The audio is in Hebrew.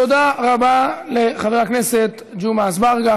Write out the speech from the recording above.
תודה רבה לחבר הכנסת ג'מעה אזברגה.